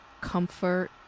comfort